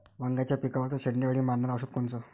वांग्याच्या पिकावरचं शेंडे अळी मारनारं औषध कोनचं?